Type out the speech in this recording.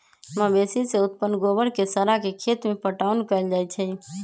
मवेशी से उत्पन्न गोबर के सड़ा के खेत में पटाओन कएल जाइ छइ